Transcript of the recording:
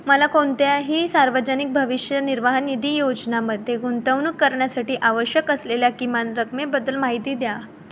मला कोणत्याही सार्वजनिक भविष्य निर्वाह निधी योजनामध्ये गुंतवणूक करण्यासाठी आवश्यक असलेल्या किमान रकमेबद्दल माहिती द्या